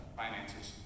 finances